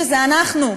שזה אנחנו,